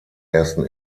ersten